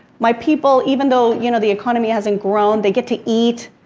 my people, even though, you know, the economy hasn't grown, they get to eat,